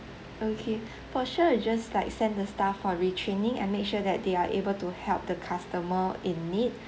okay for sure we'll just like send the staff for retraining and make sure that they are able to help the customer in need